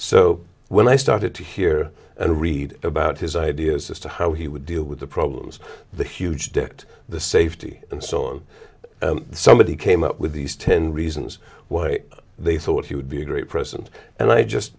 so when i started to hear and read about his ideas as to how he would deal with the problems the huge debt the safety and so on somebody came up with these ten reasons why they thought he would be a great president and i just